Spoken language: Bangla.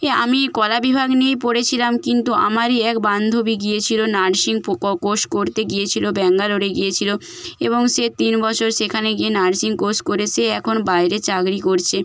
এ আমি কলা বিভাগ নিয়ে পড়েছিলাম কিন্তু আমারই এক বান্ধবী গিয়েছিল নার্সিং পো ক কোর্স করতে গিয়েছিল ব্যাঙ্গালোরে গিয়েছিল এবং সে তিন বছর সেখানে গিয়ে নার্সিং কোর্স করে সে এখন বাইরে চাকরি করছে